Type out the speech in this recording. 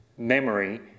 memory